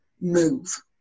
move